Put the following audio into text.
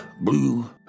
blue